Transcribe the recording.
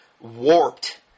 warped